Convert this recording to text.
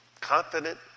confident